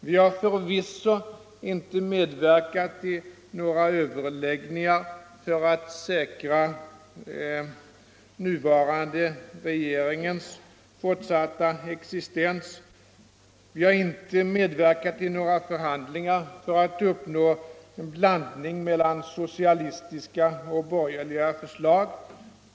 Vi har förvisso inte medverkat i några överläggningar för att säkra den nuvarande regeringens fortsatta existens. Vi har inte medverkat i några förhandlingar för att uppnå en blandning mellan socialistiska och borgerliga förslag.